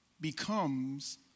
becomes